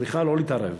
צריכה לא להתערב,